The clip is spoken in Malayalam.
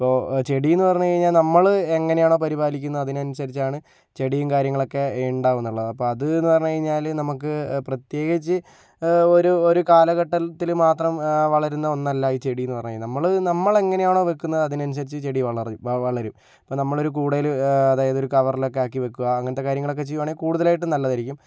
ഇപ്പോൾ ചെടി എന്ന് പറഞ്ഞ് കഴിഞ്ഞാൽ നമ്മൾ എങ്ങനെയാണ് പരിപാലിക്കുന്നത് അതിനനുസരിച്ചാണ് ചെടിയും കാര്യങ്ങളൊക്കെ ഉണ്ടാവുന്നുള്ളത് അപ്പോൾ അത് എന്ന് പറഞ്ഞു കഴിഞ്ഞാൽ നമ്മൾക്ക് പ്രത്യേകിച്ച് ഒരു ഒരു കാലഘട്ടത്തിൽ മാത്രം വളരുന്ന ഒന്നല്ല ഈ ചെടി എന്ന് പറഞ്ഞാൽ നമ്മള് നമ്മൾ എങ്ങനെയാണോ വെക്കുന്നത് അതിനനുസരിച്ച് ചെടി വളരും ഇപ്പോൾ നമ്മൾ ഒരു കൂടയില് അതായത് ഒരു കവറിൽ ഒക്കെ ആക്കി വയ്ക്കുക അങ്ങനത്തെ കാര്യങ്ങളൊക്കെ ചെയ്യുകയാണെങ്കിൽ കൂടുതലായിട്ടും നല്ലതായിരിക്കും